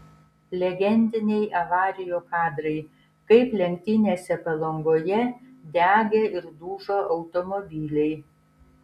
legendiniai avarijų kadrai kaip lenktynėse palangoje degė ir dužo automobiliai